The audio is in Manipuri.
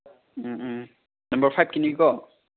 ꯎꯝ ꯎꯝ ꯅꯝꯕꯔ ꯐꯥꯏꯚꯀꯤꯅꯤꯀꯣ